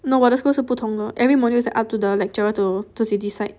no 我的 school 是不同的 every module is like up to the lecturer to to to decide